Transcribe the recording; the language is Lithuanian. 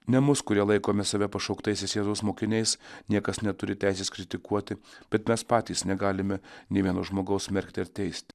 ne mus kurie laikome save pašauktaisiais jėzaus mokiniais niekas neturi teisės kritikuoti bet mes patys negalime nei vieno žmogaus smerkti ar teisti